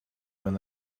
when